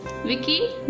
Vicky